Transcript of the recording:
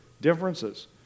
Differences